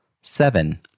Seven